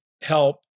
help